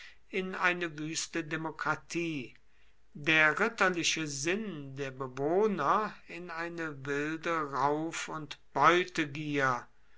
in eine wüste demokratie der ritterliche sinn der bewohner in eine wilde rauf und beutegier